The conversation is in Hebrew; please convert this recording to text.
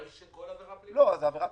כל עבירה פלילית?